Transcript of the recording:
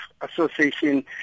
association